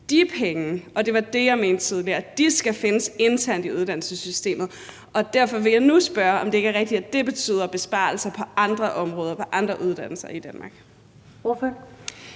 de penge – og det var det, jeg mente tidligere – skal findes internt i uddannelsessystemet, og derfor vil jeg nu spørge, om det ikke er rigtigt, at det betyder besparelser på andre områder, på andre uddannelser i Danmark. Kl.